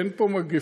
אין פה מגפה.